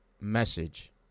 message